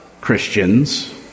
Christians